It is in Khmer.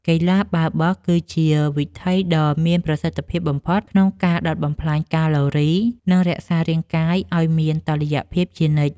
កីឡាបាល់បោះ គឺជាវិធីដ៏មានប្រសិទ្ធភាពបំផុតក្នុងការដុតបំផ្លាញកាឡូរី និងរក្សារាងកាយឱ្យមានតុល្យភាពជានិច្ច។